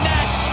Nash